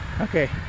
Okay